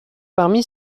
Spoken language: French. parmi